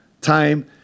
time